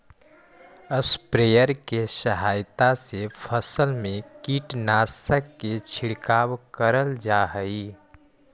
sprayer के सहायता से फसल में कीटनाशक के छिड़काव करल जा हई